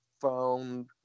found